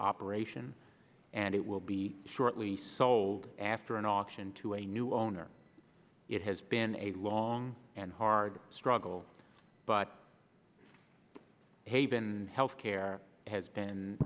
operation and it will be shortly sold after an option to a new owner it has been a long and hard struggle but haven health care has been